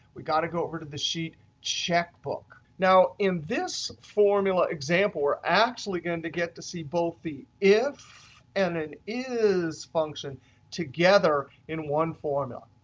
we've got to go over to the sheet checkbook. now, in this formula example we're actually going to get to see both the if and an is function together in one formula.